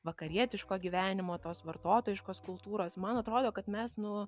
vakarietiško gyvenimo tos vartotojiškos kultūros man atrodo kad mes nu